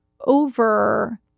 over